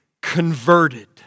converted